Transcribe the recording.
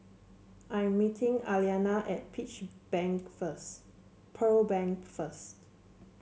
I am meeting Aliana at peach bank first Pearl Bank first